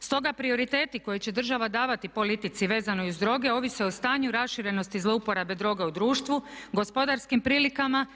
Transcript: Stoga prioriteti koje će država davati politici vezano uz droge ovise o stanju raširenosti zlouporabe droga u društvu, gospodarskim prilikama